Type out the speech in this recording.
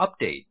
update